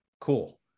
cool